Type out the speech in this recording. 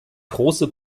große